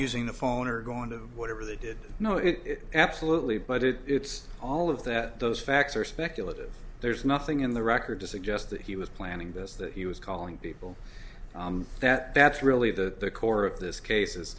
using the phone or going to whatever they did no it absolutely but it it's all of that those facts are speculative there's nothing in the record to suggest that he was planning this that he was calling people that that's really the core of this case is